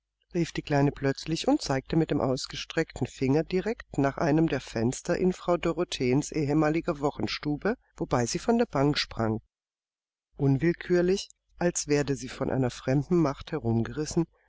rief die kleine plötzlich und zeigte mit dem ausgestreckten finger direkt nach einem der fenster in frau dorotheens ehemaliger wochenstube wobei sie von der bank sprang unwillkürlich als werde sie von einer fremden macht herumgerissen